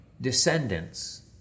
descendants